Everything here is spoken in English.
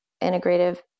integrative